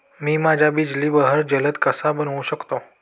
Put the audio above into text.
मी माझ्या बिजली बहर जलद कसा बनवू शकतो?